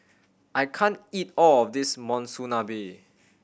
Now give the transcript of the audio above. I can't eat all of this Monsunabe